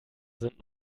sind